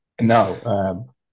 no